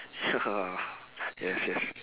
ya yes yes